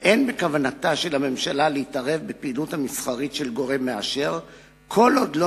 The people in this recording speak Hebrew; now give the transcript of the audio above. ואין בכוונתה להתערב בפעילות המסחרית של גורם מאשר כל עוד לא